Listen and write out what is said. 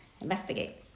investigate